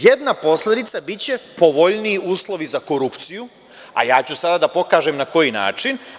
Jedna posledica biće – povoljniji uslovi za korupciju, ja ću sada da pokažem na koji način.